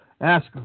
ask